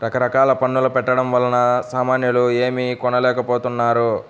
రకరకాల పన్నుల పెట్టడం వలన సామాన్యులు ఏమీ కొనలేకపోతున్నారు